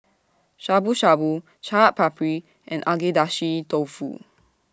Shabu Shabu Chaat Papri and Agedashi Dofu